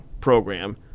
program